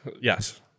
Yes